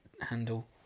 handle